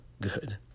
good